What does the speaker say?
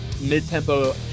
mid-tempo